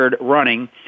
running